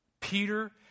Peter